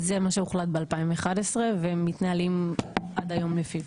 זה מה שהוחלט ב-2011 והם מתנהלים עד היום לפיו,